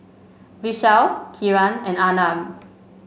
Vishal Kiran and Arnab